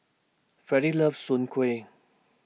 Fredy loves Soon Kueh